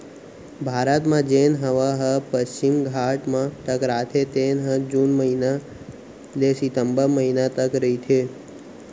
भारत म जेन हवा ह पस्चिम घाट म टकराथे तेन ह जून महिना ले सितंबर महिना तक रहिथे